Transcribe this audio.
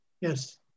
Yes